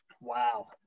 Wow